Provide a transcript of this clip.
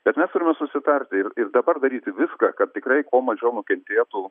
bet mes turime susitarti ir dabar daryti viską kad tikrai kuo mažiau nukentėtų